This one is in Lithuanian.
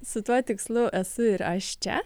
su tuo tikslu esu ir aš čia